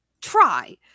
try